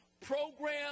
program